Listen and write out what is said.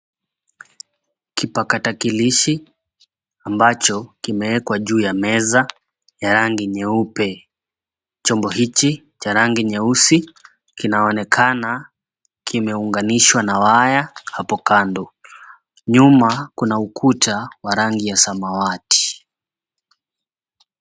Kipakatakilishi ambacho kimeekwa juu ya meza ya rangi nyeupe. Chombo hichi cha rangi nyeusi kinaonekana kimeunganishwa na waya hapo kando. Nyuma kuna ukuta wa rangi ya samawati.